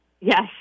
Yes